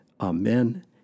Amen